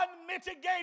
unmitigated